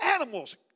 animals